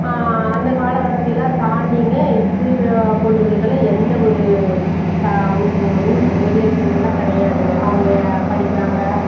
அந்த காலக்கட்டத்தை எல்லாம் தாண்டிங்க இப்போ இருக்கிற பொண்ணுகளுக்கெல்லாம் எந்தவொரு சா ரூ ரூல்ஸு ரெகுலேசன்ஸ் எல்லாம் கிடையாதுங்க அவங்க படிக்கின்றாங்க